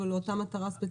אבל לאותה מטרה ספציפית.